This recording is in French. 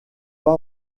pas